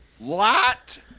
lot